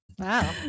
Wow